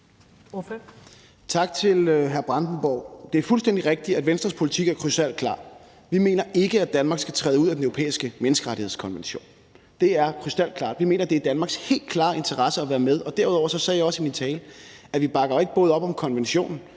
Tak til hr. Bjørn Brandenborg. Det er fuldstændig rigtigt, at Venstres politik er krystalklar: Vi mener ikke, at Danmark skal træde ud af Den Europæiske Menneskerettighedskonvention. Det er krystalklart. Vi mener, det er i Danmarks helt klare interesse at være med. Derudover sagde jeg også i min tale, at vi ikke bare bakker op om konventionen,